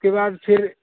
اس کے بعد پھر